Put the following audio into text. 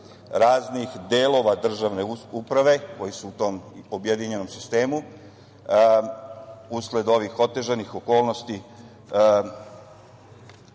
raznih delova državne uprave koji su u tom objedinjenom sistemu usled ovih otežanih okolnosti